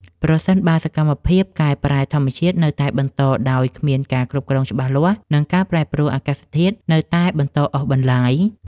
ប្រសិនបើសកម្មភាពកែប្រែធម្មជាតិនៅតែបន្តដោយគ្មានការគ្រប់គ្រងច្បាស់លាស់ និងការប្រែប្រួលអាកាសធាតុនៅតែបន្តអូសបន្លាយ។